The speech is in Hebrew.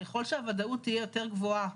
ככל שהוודאות תהיה יותר גבוהה,